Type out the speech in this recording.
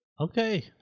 Okay